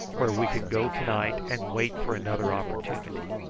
where we can go to-night and wait for another opportunity.